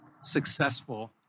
successful